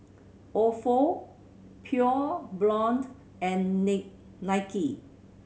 Ofo Pure Blonde and Nike